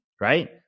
right